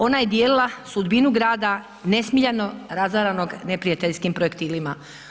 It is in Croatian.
Ona je dijelila sudbinu grada nesmiljeno razaranog neprijateljskim projektilima.